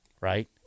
right